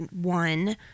one